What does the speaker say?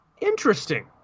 Interesting